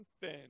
thin